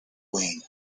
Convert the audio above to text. wayne